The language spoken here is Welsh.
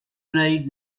wneud